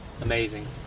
Amazing